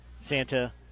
Santa